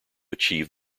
achieve